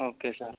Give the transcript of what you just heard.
okay sir